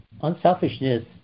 unselfishness